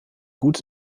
gut